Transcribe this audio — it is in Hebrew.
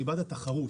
אני בעד התחרות.